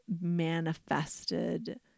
manifested